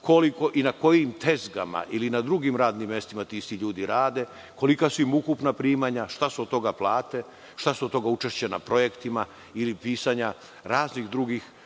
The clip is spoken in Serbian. i na kojim drugim radnim mestima ti isti ljudi rade, kolika su im ukupna primanja, šta su od toga plate, šta su od toga učešća na projektima ili pisanja raznih drugih